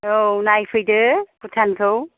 औ नायफैदो भुटानखौ